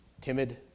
timid